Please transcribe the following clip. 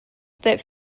that